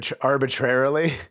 Arbitrarily